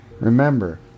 Remember